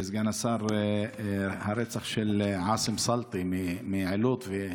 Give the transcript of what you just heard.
של עאסם סלטי מעילוט,